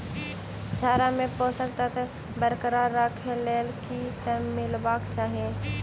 चारा मे पोसक तत्व बरकरार राखै लेल की सब मिलेबाक चाहि?